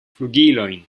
flugilojn